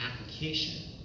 application